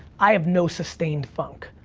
i have no sustained funk.